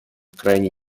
крайней